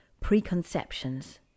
preconceptions